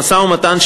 המשא-ומתן,